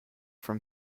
from